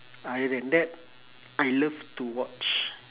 other than that I love to watch